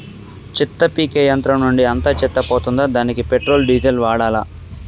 చెత్త పీకే యంత్రం నుండి అంతా చెత్త పోతుందా? దానికీ పెట్రోల్, డీజిల్ వాడాలా?